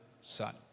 son